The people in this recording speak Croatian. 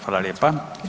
Hvala lijepa.